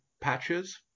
patches